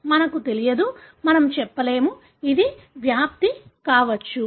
మనకు తెలియదు మనము చెప్పలేము అది వ్యాప్తి కావచ్చు